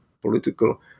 political